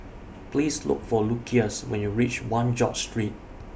Please Look For Lucius when YOU REACH one George Street